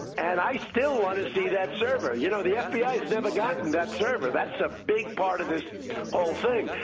and i still wanna see that server. you know, the fbi has never gotten that server. that's a big part of this whole thing.